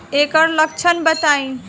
एकर लक्षण बताई?